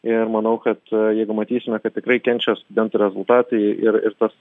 ir manau kad jeigu matysime kad tikrai kenčia studentų rezultatai ir ir tas